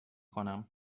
کنم